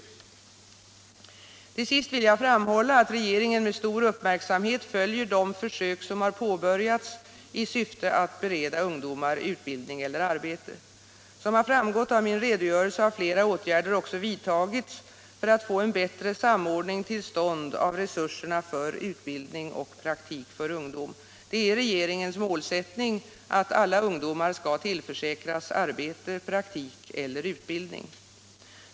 Till sist vill jag framhålla att regeringen med stor uppmärksamhet följer de försök som har påbörjats i syfte att bereda ungdomar utbildning eller arbete. Som framgått av min redogörelse har flera åtgärder också vidtagits för att man skall få en bättre samordning till stånd av resurserna för utbildning och praktik för ungdom. Det är regeringens målsättning att alla ungdomar skall tillförsäkras arbete, praktik eller utbildning.